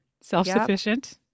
self-sufficient